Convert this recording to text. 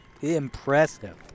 Impressive